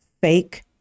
fake